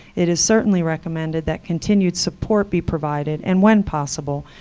it is certainly recommended that continued support be provided, and when possible,